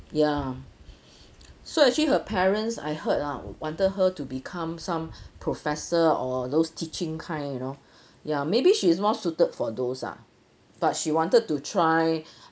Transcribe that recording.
ya so actually her parents I heard ah wanted her to become some professor or those teaching kind you know ya maybe she is more suited for those ah but she wanted to try